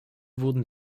wurden